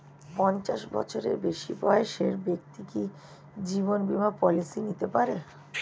পঞ্চাশ বছরের বেশি বয়সের ব্যক্তি কি জীবন বীমা পলিসি নিতে পারে?